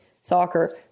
soccer